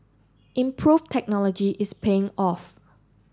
improve technology is paying off